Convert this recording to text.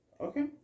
Okay